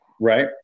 Right